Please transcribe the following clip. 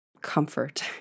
comfort